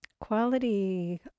quality